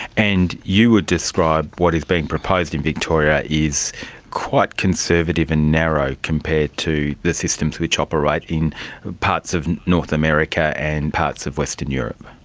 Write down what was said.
and you would describe what is being proposed in victoria is quite conservative and narrow compared to the systems which operate in parts of north america and parts of western europe.